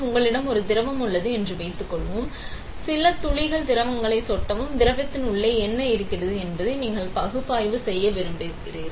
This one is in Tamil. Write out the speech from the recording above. உங்களிடம் ஒரு திரவம் உள்ளது என்று வைத்துக்கொள்வோம் சில துளிகள் திரவத்தை சொட்டவும் திரவத்தின் உள்ளே என்ன இருக்கிறது என்பதை நீங்கள் பகுப்பாய்வு செய்ய விரும்புகிறீர்கள்